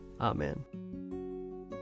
Amen